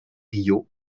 riault